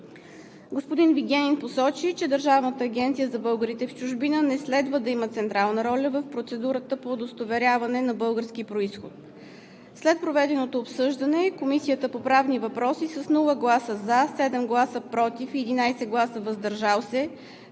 Господин Вигенин посочи, че Държавната агенция за българите в чужбина не следва да има централна роля в процедурата по удостоверяване на български произход. След проведеното обсъждане Комисията по правни въпроси с 0 гласа „за“, 7 гласа „против“ и 11 гласа „въздържал се“